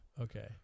Okay